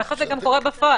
ככה זה גם קורה בפועל.